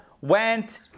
went